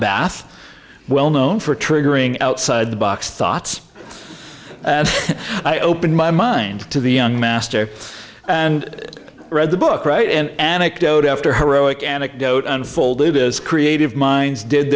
bath well known for triggering outside the box thoughts i opened my mind to the young master and it read the book right and anecdotal after heroic anecdote unfolded as creative minds did